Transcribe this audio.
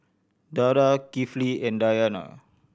Dara Kifli and Dayana